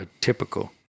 typical